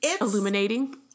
illuminating